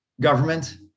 government